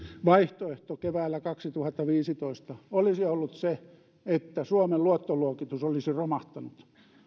vaihtoehto keväällä kaksituhattaviisitoista olisi ollut se että suomen luottoluokitus olisi romahtanut